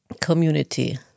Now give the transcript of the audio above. community